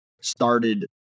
started